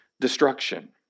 destruction